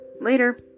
Later